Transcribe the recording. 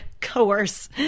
coerce